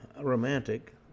romantic